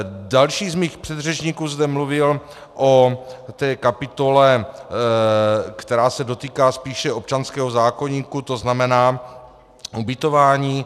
Další z mých předřečníků zde mluvil o kapitole, která se dotýká spíše občanského zákoníku, to znamená ubytování.